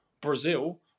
Brazil